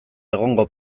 egongo